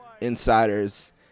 Insiders